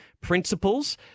principles